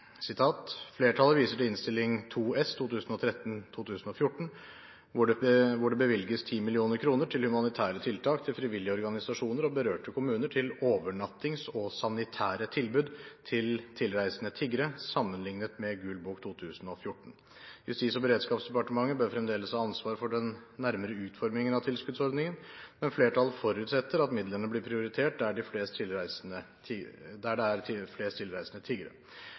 viser til Innst. 2 S hvor det bevilges 10 mill. kroner til humanitære tiltak til frivillige organisasjoner og berørte kommuner til overnattings- og sanitære tilbud til tilreisende tiggere, sammenlignet med Gul bok 2014. Justis- og beredskapsdepartementet bør fremdeles ha ansvar for den nærmere utformingen av tilskuddsordningen, men flertallet forutsetter at midlene blir prioritert der det er flest tilreisende tiggere. Flertallet viser til at det foreslås bevilget 10 mill. kroner på kap. 440 post 70 til